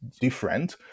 different